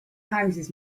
houses